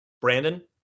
brandon